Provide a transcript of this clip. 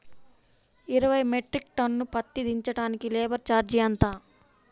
ఇరవై metric tonne పత్తి దించటానికి లేబర్ ఛార్జీ ఎంత?